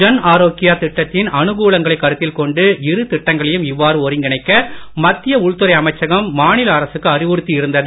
ஜன் ஆரோக்யா திட்டத்தின் அனுகூலங்களைக் கருத்தில் கொண்டு இரு திட்டங்களையும் இவ்வாறு ஒருங்கிணைக்க மத்திய உள்துறை அமைச்சகம் மாநில அரசுக்கு அறிவுறுத்தி இருந்தது